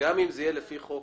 אם זה יהיה לפי חוק